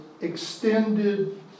extended